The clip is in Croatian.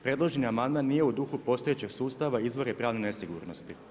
Predloženi amandman nije u duhu postojećeg sustava i izvor je pravne nesigurnosti.